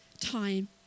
time